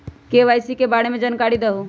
KYC के बारे में जानकारी दहु?